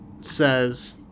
says